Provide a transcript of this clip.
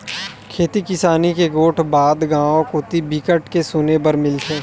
खेती किसानी के गोठ बात गाँव कोती बिकट के सुने बर मिलथे